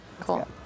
Cool